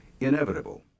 inevitable